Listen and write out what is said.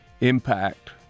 impact